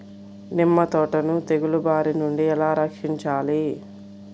నిమ్మ తోటను తెగులు బారి నుండి ఎలా రక్షించాలి?